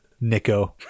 nico